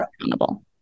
accountable